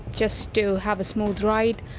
just to have a smooth ride.